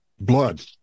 blood